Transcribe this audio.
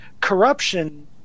corruption